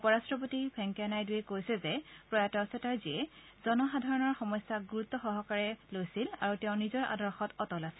উপ ৰাট্টপতি ভেংকায়া নাইডুৱে কৈছে যে প্ৰয়াত চাটাৰ্জীয়ে জনসাধাৰণৰ সমস্যাক গুৰুত্সহকাৰে লৈছিল আৰু তেওঁৰ নিজৰ আদৰ্শত অটল আছিল